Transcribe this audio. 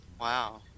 Wow